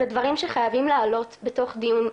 זה דברים שחייבים לעלות בתוך דיון,